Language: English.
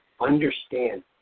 understand